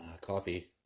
Coffee